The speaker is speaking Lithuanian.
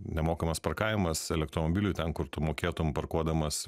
nemokamas parkavimas elektromobilių ten kur tu mokėtum parkuodamas